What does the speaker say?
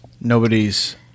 Nobody's